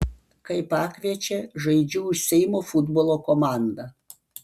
kai pakviečia žaidžiu už seimo futbolo komandą